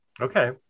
Okay